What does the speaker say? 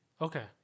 Okay